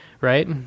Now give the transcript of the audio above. right